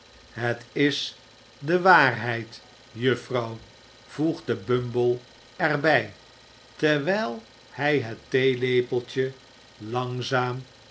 het is de waarheid juffrouw voegde bumble er bij terwijl hij het theelepeltje langzaam